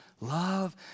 love